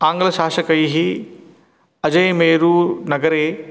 आङ्ग्लशासकैः अजैमेरुनगरे